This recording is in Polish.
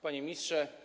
Panie Ministrze!